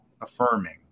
affirming